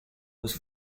was